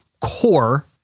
core-